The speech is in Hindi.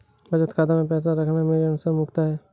बचत खाता मैं पैसा रखना मेरे अनुसार मूर्खता है